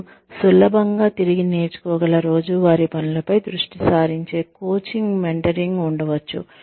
మీరు సులభంగా తిరిగి నేర్చుకోగల రోజువారీ పనులపై దృష్టి సారించే కోచింగ్ మెంటరింగ్ ఉండవచ్చు